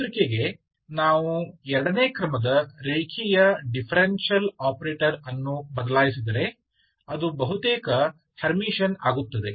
ಮಾತೃಕೆಗೆ ನಾವು ಎರಡನೇ ಕ್ರಮದ ರೇಖೀಯ ಡಿಫರೆನ್ಷಿಯಲ್ ಆಪರೇಟರ್ ಅನ್ನು ಬದಲಾಯಿಸಿದರೆ ಅದು ಬಹುತೇಕ ಹರ್ಮಿಟಿಯನ್ ಆಗುತ್ತದೆ